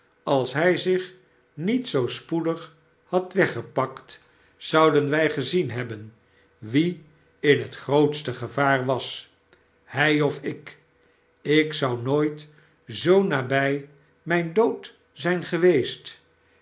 als hij zich niet zoo spoedig had weggepakt zouden wij gezien hebben wie in het grootste gevaar was hij of ik ik zou nooit zoo nabij mijn dood zijn geweest